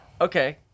okay